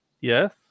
Yes